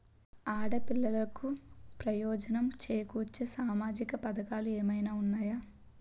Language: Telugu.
ఆడపిల్లలకు ప్రయోజనం చేకూర్చే సామాజిక పథకాలు ఏమైనా ఉన్నాయా?